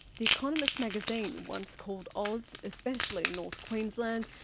the economist magazine what's called oz, especially north queensland,